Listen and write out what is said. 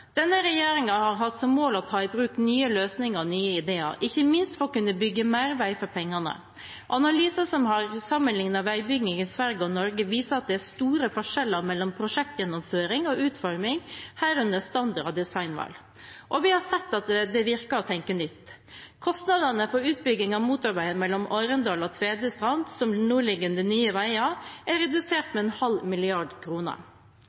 Denne regjeringen har hatt som mål å ta i bruk nye løsninger og nye ideer, ikke minst for å kunne bygge mer vei for pengene. Analyser som har sammenlignet veibygging i Sverige og Norge, viser at det er store forskjeller mellom prosjektgjennomføring og utforming, herunder standard og designvalg. Og vi har sett at det virker å tenke nytt. Kostnadene for utbyggingen av motorveien mellom Arendal og Tvedestrand, som nå ligger under Nye Veier, er redusert